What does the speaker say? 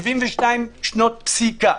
72 שנות פסיקה.